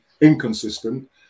inconsistent